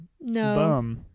No